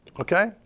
Okay